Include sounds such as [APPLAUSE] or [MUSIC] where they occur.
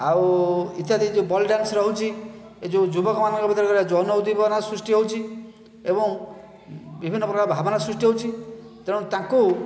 ଆଉ ଇତ୍ୟାଦି ଯେଉଁ ବଲ୍ ଡ୍ୟାନ୍ସ ରହୁଛି ଏହି ଯେଉଁ ଯୁବକମାନଙ୍କ ଭିତରେ [UNINTELLIGIBLE] ଯୌନ ଉଦ୍ଦୀପନା ସୃଷ୍ଟି ହେଉଛି ଏବଂ ବିଭିନ୍ନ ପ୍ରକାର ଭାବନା ସୃଷ୍ଟି ହେଉଛି ତେଣୁ ତାଙ୍କୁ